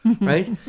right